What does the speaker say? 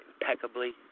impeccably